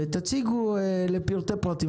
ותציגו לפרטי פרטים.